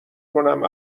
کنم